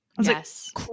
Yes